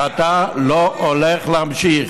שאתה לא הולך להמשיך.